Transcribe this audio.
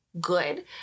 good